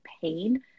pain